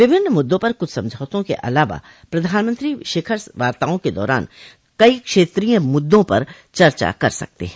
विभिन्न मुद्दों पर कुछ समझौतों के अलावा प्रधानमंत्री शिखर वार्ताओं के दौरान कई क्षेत्रीय मुद्दों पर चर्चा कर सकते हैं